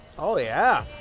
oh yeah,